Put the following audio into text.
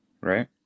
right